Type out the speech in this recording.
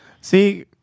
See